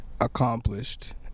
accomplished